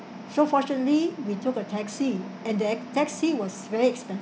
so fortunately we took a taxi and the e~ taxi was very expensive